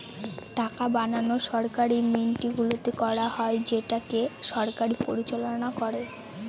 টাকা বানানো সরকারি মিন্টগুলোতে করা হয় যেটাকে সরকার পরিচালনা করে